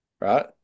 right